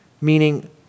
Meaning